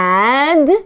add